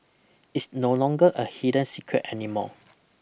it's no longer a hidden secret anymore